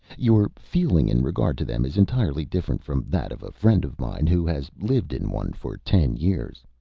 your feeling in regard to them is entirely different from that of a friend of mine, who has lived in one for ten years.